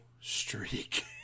streak